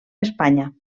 espanya